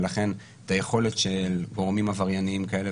ולכן את היכולת של גורמים עבריינים כאלה